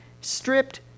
stripped